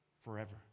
forever